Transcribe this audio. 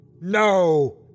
No